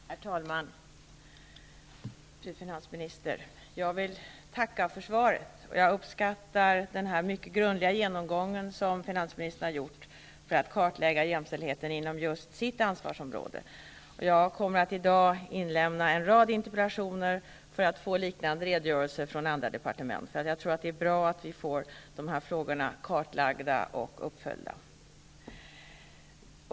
Herr talman! Fru finansminister! Jag vill tacka för svaret. Jag uppskattar den mycket grundliga genomgång som finansministern har gjort för att kartlägga jämställdheten inom just sitt ansvarsområde. Jag kommer i dag att inlämna en rad interpellationer för att få liknande redogörelser från andra departement. Jag tror nämligen att det är bra att vi får de här frågorna kartlagda och uppföljda.